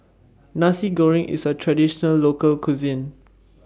Nasi Goreng IS A Traditional Local Cuisine